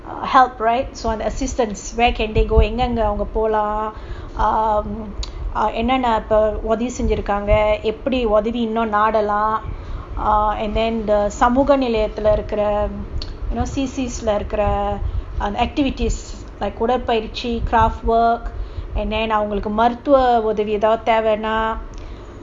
help right so on assistance where can they go எங்கஇருந்துபோலாம்:enga irunthu polam and then என்னென்னஉதவிசெஞ்சிருக்காங்கஎப்படிஉதவிஇன்னும்நாடலாம்:ennenna udhavi senjirukanga eppadi udhavi innum nadalam ugh and then the சமூகநிலையத்திலிருக்குற:samuga nilayathilirukura